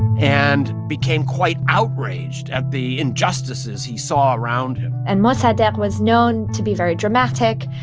and became quite outraged at the injustices he saw around him and mossadegh was known to be very dramatic.